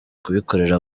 kubikorera